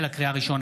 לקריאה ראשונה,